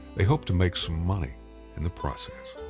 they hoped to make some money in the process.